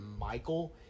Michael